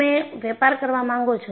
તમે વેપાર કરવા માંગો છો